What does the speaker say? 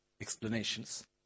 explanations